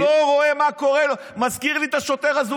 לא רואה מה קורה, מזכיר לי את השוטר אזולאי.